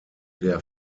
der